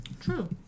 True